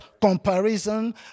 comparison